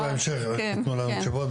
בהמשך תיתנו לנו תשובות.